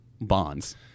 Bonds